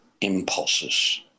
impulses